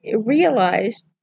realized